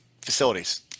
facilities